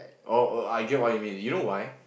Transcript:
orh oh I get what you mean you know why